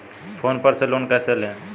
Phone पर से loan कैसे लें?